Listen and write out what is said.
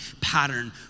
pattern